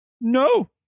No